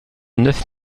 neuf